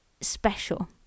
special